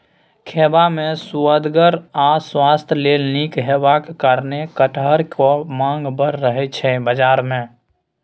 खेबा मे सुअदगर आ स्वास्थ्य लेल नीक हेबाक कारणेँ कटहरक माँग बड़ रहय छै बजार मे